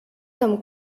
comme